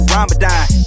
Ramadan